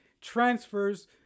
transfers